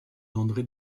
d’andré